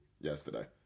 yesterday